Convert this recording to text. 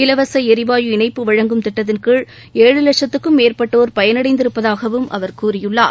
இலவச எரிவாயு இணைப்பு வழங்கும் திட்டத்தின் கீழ் ஏழு லட்சத்துக்கும் மேற்பட்டோர் பயன் அடைந்திருப்பதாகவும் அவர் கூறியுள்ளார்